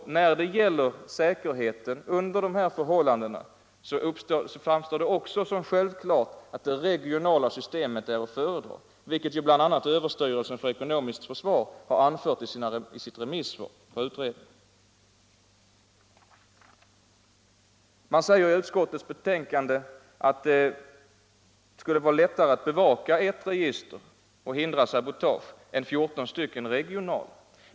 När det gäller säkerheten under de här förhållandena framstår det också som självklart att det regionala systemet är att föredra, vilket bl.a. överstyrelsen för ekonomiskt försvar har anfört i sitt remissvar 147 till utredningen. I utskottets betänkande sägs att det skulle vara lättare att bevaka ett register och därmed förhindra sabotage än att ha 14 regionala.